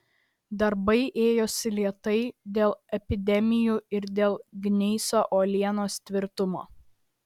darbai ėjosi lėtai dėl epidemijų ir dėl gneiso uolienos tvirtumo